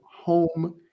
home